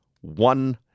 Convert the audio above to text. one